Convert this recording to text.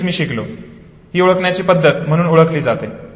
हेच मी शिकलो ही ओळखण्याची पद्धत म्हणून ओळखली जाते